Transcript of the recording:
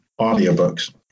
audiobooks